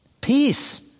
peace